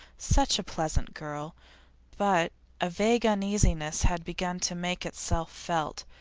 such a pleasant girl but a vague uneasiness had begun to make itself felt,